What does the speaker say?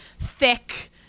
thick